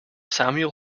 samuel